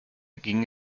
ging